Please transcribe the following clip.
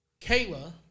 Kayla